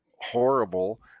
horrible